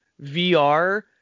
VR